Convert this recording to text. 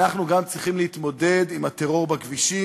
אדוני השר, חברי חברי הכנסת,